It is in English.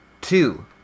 two